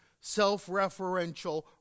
self-referential